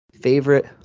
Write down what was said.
favorite